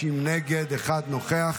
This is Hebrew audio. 50 נגד, אחד נוכח.